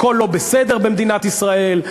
הכול לא בסדר במדינת ישראל,